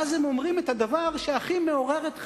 ואז הם אומרים את הדבר שהכי מעורר את חמתם,